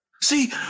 See